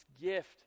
gift